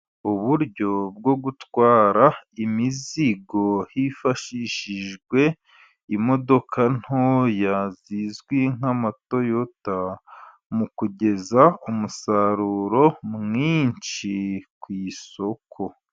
Uburyo bwo gutwara imizigo hifashishijwe imodoka ntoya zizwi nk'amatoyota, mu kugeza umusaruro mwinshi ku isoko.